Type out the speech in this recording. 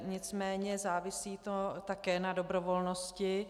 Nicméně závisí to také na dobrovolnosti.